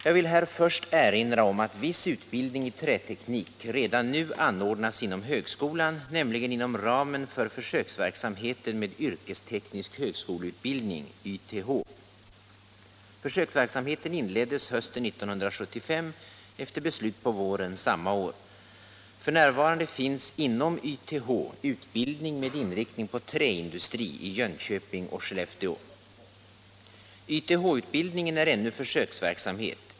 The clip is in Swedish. Jag vill här först erinra om att viss utbildning i träteknik redan nu anordnas inom högskolan, nämligen inom ramen för försöksverksamheten med yrkesteknisk högskoleutbildning, YTH. Försöksverksamheten inleddes hösten 1975, efter beslut på våren samma år. F. n. finns inom YTH utbildning med inriktning på träindustri i Jönköping och Skellefteå. YTH-utbildningen är ännu försöksverksamhet.